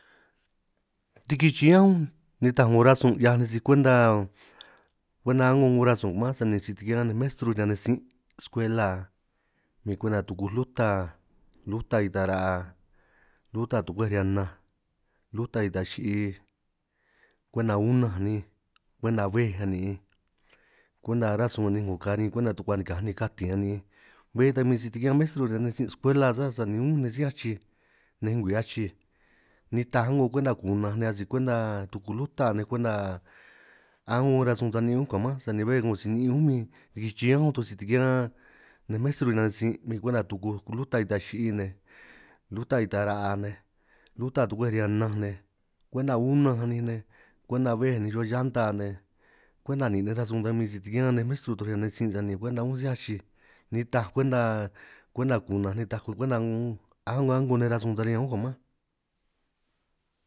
Riki chiñánj unj nitaj 'ngo rasun 'hiaj nej sij kwenta kwenta a'ngo 'ngo rasun manj sani si tikián nej maestru riñan nej sin' skwela min kwenta tukuj luta luta ita ra'a, luta tukwej riñan nnanj luta ita chi'í kwenta unanj ninj, kwenta bbéj ninj kwenta aranj sun ninj karin kwenta tukuanikaj katin ninj, bé ta bin si tikián maestru riñan nej sin' skwela saaj, sani unj nej sí achij ngwii nej achij nitaj a'ngo kwenta kunanj nej asi kwenta tuku luta nej, kwenta a'ngo rasun ta ni'in unj ka' manj, sani bé 'ngo si ni'in unj min riki chiñán nunj toj si tikián nej maestru nan sin' min kwenta tukuj luta ita chi'i nej luta ita ra'a nej luta tukwej riñan nnanj nej, kwenta unanj ninj nej kwenta bbej ninj rruhua llanta nej, kwenta nin' nej rasun ta min si tikián nej maestru, toj riñan nej sin' sani kwenta unj sí achij nej nitaj kwenta kwenta kunanj nej nitaj kwenta un un a'ngo a'ngo nej rasun ta riñan unj ka' mánj